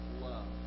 love